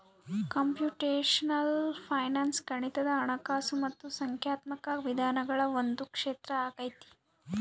computational finance ಗಣಿತದ ಹಣಕಾಸು ಮತ್ತು ಸಂಖ್ಯಾತ್ಮಕ ವಿಧಾನಗಳ ಒಂದು ಕ್ಷೇತ್ರ ಆಗೈತೆ